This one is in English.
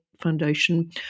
Foundation